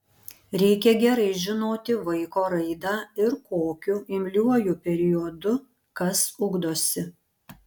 reikia gerai žinoti vaiko raidą ir kokiu imliuoju periodu kas ugdosi